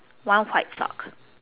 one white sock